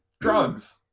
drugs